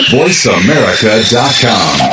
voiceamerica.com